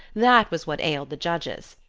that was what ailed the judges.